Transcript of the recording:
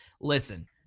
Listen